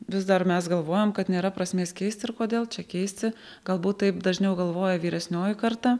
vis dar mes galvojam kad nėra prasmės keist ir kodėl čia keisti galbūt taip dažniau galvoja vyresnioji karta